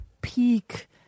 peak